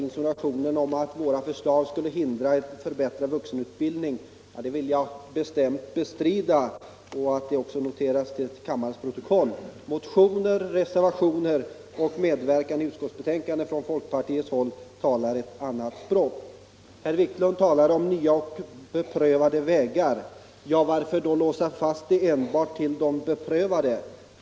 Insinuationen om att våra förslag skulle hindra en förbättrad vuxenutbildning vill jag bestämt bestrida. Motioner, reservationer och medverkan i utskottsarbetet från folkpartiets sida talar ett annat språk. Herr Wiklund talar om nya och beprövade vägar. Ja, varför då låsa fast utvecklingen enbart till de beprövade?